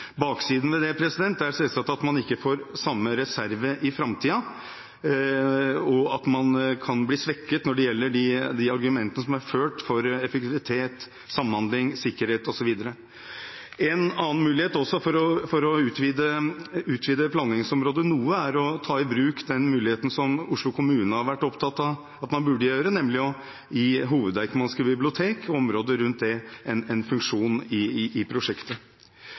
er selvsagt at man ikke får samme reserve i framtiden, og at man kan bli svekket når det gjelder de argumentene som er ført for effektivitet, samhandling, sikkerhet osv. En annen mulighet for å utvide planleggingsområdet noe er å ta i bruk den muligheten som Oslo kommune har vært opptatt av at man burde gjøre, nemlig å gi Deichmanske biblioteks hovedavdeling og området rundt en funksjon i